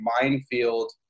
minefield